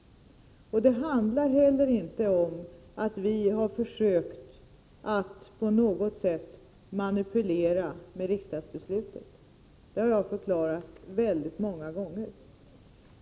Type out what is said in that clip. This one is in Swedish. Det handlar inte heller om att vi har försökt att på något sätt manipulera med riksdagsbeslutet. Det har jag förklarat många gånger.